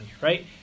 right